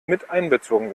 miteinbezogen